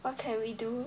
what can we do